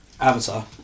Avatar